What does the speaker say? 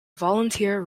volunteer